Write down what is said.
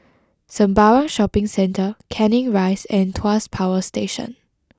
Sembawang Shopping Centre Canning Rise and Tuas Power Station